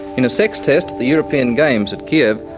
in a sex test at the european games at kiev,